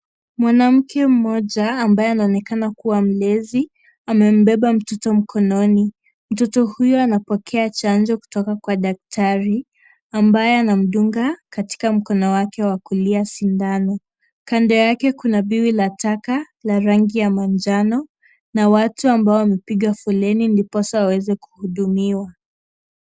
Mwanamke mmoja ambaye anaonekana kuwa mlezi. Aembeba mtoto mkononi. Mtoto huyo anapokea chanjo kutoka kwa daktari, ambaye anamdunga katika mkono wake wa kulia sindano. Kando yake kuna biwi la taka la rangi ya manjano. Na watu ambao wamepiga foleni ndiposa waweze kuhudumiwa.